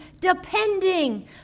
Depending